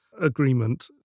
Agreement